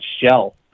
shell